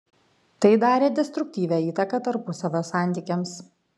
tai darė destruktyvią įtaką tarpusavio santykiams